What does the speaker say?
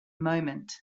moment